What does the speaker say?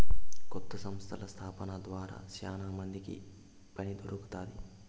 కొత్త సంస్థల స్థాపన ద్వారా శ్యానా మందికి పని దొరుకుతాది